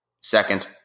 second